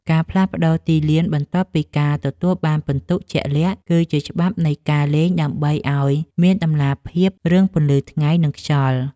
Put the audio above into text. ការផ្លាស់ប្តូរទីលានបន្ទាប់ពីទទួលបានពិន្ទុជាក់លាក់ គឺជាច្បាប់នៃការលេងដើម្បីឱ្យមានតម្លាភាពរឿងពន្លឺថ្ងៃ និងខ្យល់។